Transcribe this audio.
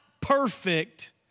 perfect